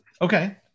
Okay